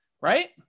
right